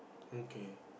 okay